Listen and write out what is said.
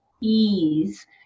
ease